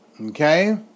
Okay